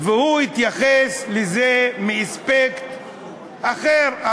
הוא התייחס לזה מאספקט אחר.